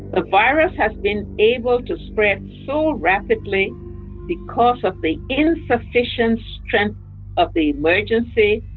the virus has been able to spread so rapidly because of the insufficient strength of the emergency,